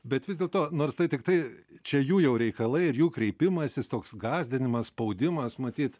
bet vis dėlto nors tai tiktai čia jų jau reikalai ir jų kreipimasis toks gąsdinimas spaudimas matyt